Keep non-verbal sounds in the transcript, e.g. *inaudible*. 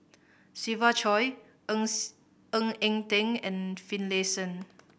Siva Choy Ng *unintelligible* Ng Eng Teng and Finlayson